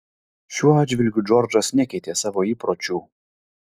šiuo atžvilgiu džordžas nekeitė savo įpročių